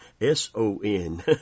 S-O-N